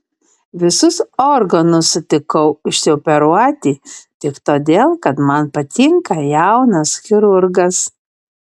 visus organus sutikau išsioperuoti tik todėl kad man patinka jaunas chirurgas